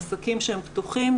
עסקים שהם פתוחים,